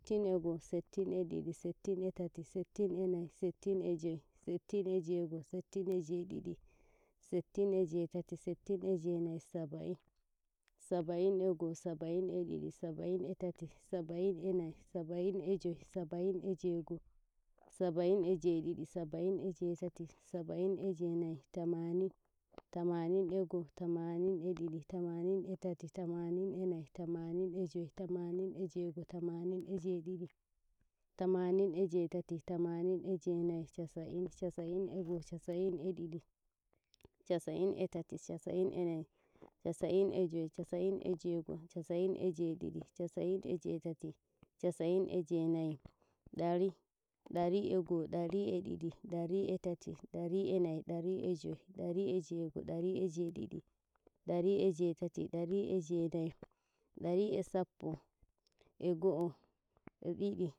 Settin Settin e go'oSettin e ɗiɗiSettin e tati Settin e nayiSettin e joySettin e jey'goSettin e jey'ɗiɗiSettin e jey'tatiSettin e jey'nayiSaba'inSaba'in e go'oSaba'in e ɗiɗiSaba'in e tati Saba'in e nayiSaba'in e joySaba'in e jey'goSaba'in e jey'ɗiɗiSaba'in e jey'tatiSaba'in e jey'nayiTamanin Tamanin e go'oTamanin e ɗiɗiTamanin e tati Tamanin e nayiTamanin e joyTamanin e jey'goTamanin e jey'didiTamanin e jey'tatiTamanin e jey'nayiCasa'inCasa'in e go'oCasa'in e didiCasa'in e tati Casa'in e nayiCasa'in e joyCasa'in e jey'goCasa'in e jey'ɗiɗiCasa'in e jey'tatiCasa'in e jey'nayiDariDari egoDari e ɗiɗiDari e tati Dari e nayi Dari e e joyDari e jey'goDari e jey'ɗiɗiDari e jey'tatiDari e jey'nayiDari e sappoE go'oE ɗiɗi